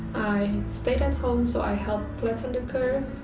i stayed at home so i helped flatten the curve.